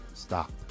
stop